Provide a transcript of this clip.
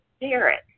Derek